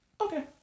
okay